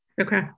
okay